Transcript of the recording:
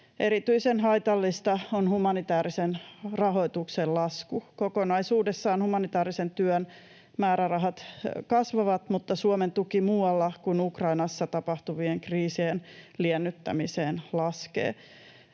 Erityisen haitallista on humanitäärisen rahoituksen lasku. Kokonaisuudessaan humanitäärisen työn määrärahat kasvavat, mutta Suomen tuki muualla kuin Ukrainassa tapahtuvien kriisien liennyttämiseen laskee.